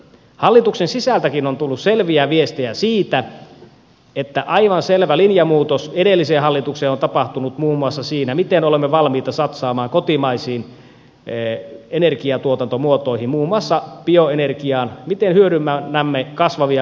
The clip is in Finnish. hallituksen sisältäkin on tullut selviä viestejä siitä että aivan selvä linjamuutos verrattuna edelliseen hallitukseen on tapahtunut muun muassa siinä miten olemme valmiita satsaamaan kotimaisiin energiatuotantomuotoihin muun muassa bioenergiaan miten hyödynnämme kasvavia metsiä energiatuotannossa